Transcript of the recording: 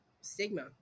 Stigma